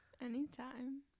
anytime